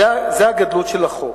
זו הגדלות של החוק.